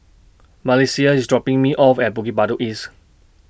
Malissie IS dropping Me off At Bukit Batok East